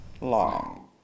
long